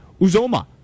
Uzoma